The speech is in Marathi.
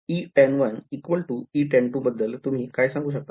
Boundary S वर Etan1Etan2 बद्दल तुम्ही काय सांगू शकतात